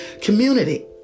community